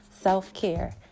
Self-care